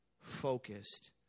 focused